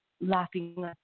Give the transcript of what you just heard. laughing